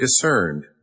discerned